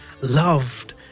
loved